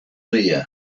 there